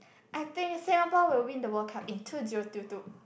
I think Singapore will win the World Cup in two zero two two